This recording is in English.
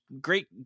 great